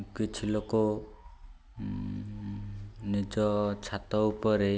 କିଛି ଲୋକ ନିଜ ଛାତ ଉପରେ